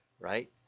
right